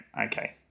okay